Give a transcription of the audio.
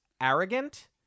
arrogant